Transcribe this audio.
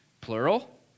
plural